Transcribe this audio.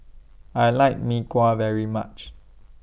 I like Mee Kuah very much